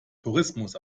tourismus